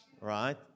right